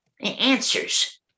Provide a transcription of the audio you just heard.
answers